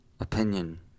opinion